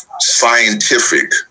scientific